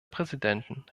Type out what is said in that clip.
präsidenten